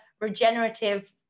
regenerative